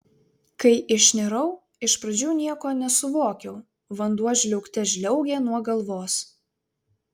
kai išnirau iš pradžių nieko nesuvokiau vanduo žliaugte žliaugė nuo galvos